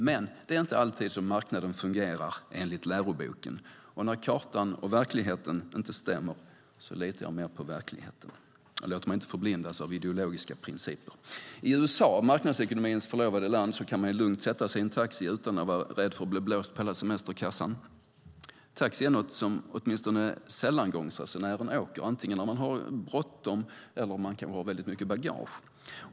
Men det är inte alltid som marknaden fungerar enligt läroboken, och när kartan och verkligheten inte stämmer litar jag mer på verkligheten. Jag låter mig inte förblindas av ideologiska principer. I USA, marknadsekonomins förlovade land, kan man lugnt sätta sig i en taxi utan att vara rädd för att bli blåst på hela semesterkassan. Taxi är något som åtminstone sällanresenären åker antingen när man bråttom eller har mycket bagage.